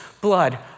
blood